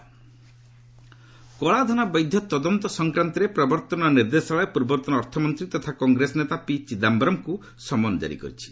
ED Chidambaram କଳାଧନ ବୈଧ ତଦନ୍ତ ସଂକ୍ରାନ୍ତରେ ପ୍ରବର୍ତ୍ତନ ନିର୍ଦ୍ଦେଶାଳୟ ପୂର୍ବତନ ଅର୍ଥମନ୍ତ୍ରୀ ତଥା କଂଗ୍ରେସ ନେତା ପି ଚିଦାୟରମଙ୍କୁ ସମନ ଜାରି କରିଛି